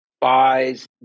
buys